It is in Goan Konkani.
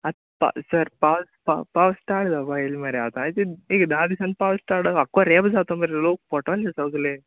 आत पा सर पावस पा पावस स्टार्ट जावपा येल मरे आतां एचत एक धा दिसान पावस स्टार्ट आक्को रेब जात मरे लोक पोट्टोले सोगले